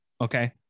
Okay